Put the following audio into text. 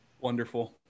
Wonderful